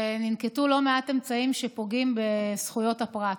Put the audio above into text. וננקטו לא מעט אמצעים שפוגעים בזכויות הפרט.